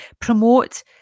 promote